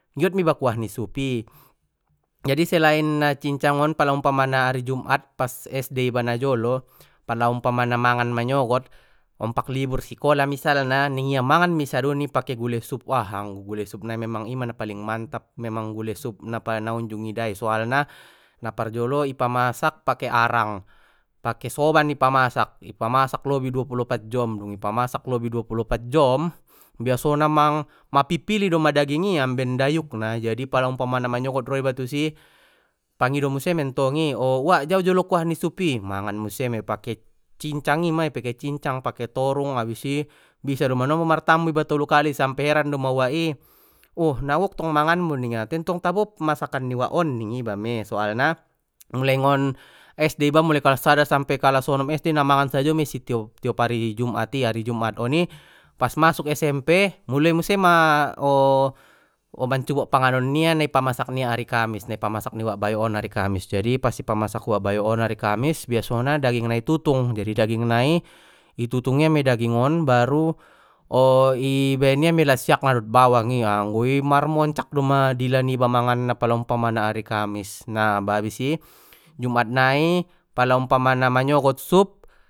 Giot mei iba kuah ni sup i jadi selain na cincang on pala umpamana ari jumat pas es de iba na jolo pala umpamana mangan manyogot ompak libur sikola misalna ningia mangan mei i sadun i pake gule sup wah anggo gule sup nai memang ima na paling mantap memang gule sup na unjung idai soalna na parjolo i pamasak pake arang pake soban i pamasak ipamasak lobi dua pulu opat jom dungi pamasak lobi dua pulu opat jom biasona mang ma pipili doma daging i amben dayukna jadi pala umpamana manyogot ro iba tusi pangido muse mentongi o uak jau jolo kuah ni sup i mangan muse mei pake cincang i mai pake cincang pake torung abis i bisa dei manombo iba martambu tolu kali i sampe heran doma uak i oh na gok tong mangan mu ningia tentong tabo masakan ni uak on ning iba mei soalna mulai ngon es de iba mulai kalas sada sampe kalas onom es de na mangan sajo mei isi tiop ari jumat i ari jumat oni pas masuk es em pe muloi muse ma mancubo panganon nia na i pamasak nia ari kamis na pamasak uwak bayok on ari kamis jadi pas i pamasak uwak bayok on ari kamis biasona daging na i tutung jadi daging nai i tutung ia mei daging on baru i baen ia mei lasiak na dot bawang i anggo i mar moncak doma dila niba mangan na pala umpamana ari kamis nah habis i jumat nai pala umpamana manyogot sup.